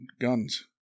Guns